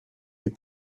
più